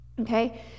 Okay